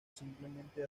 simplemente